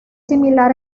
similar